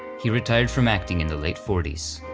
he retired from acting in the late forty s